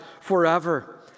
forever